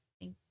Thank